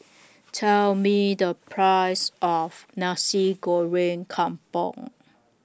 Tell Me The Price of Nasi Goreng Kampung